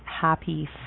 happy